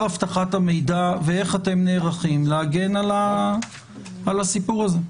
אבטחת המידע ואיך אתם נערכים להגן על הסיפור הזה.